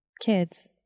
kids